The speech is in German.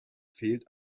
fehlt